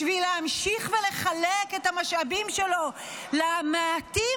בשביל להמשיך ולחלק את המשאבים שלו למעטים